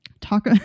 talk